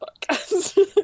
podcast